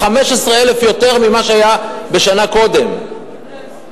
15,000 יותר ממה שהיה בשנה הקודמת.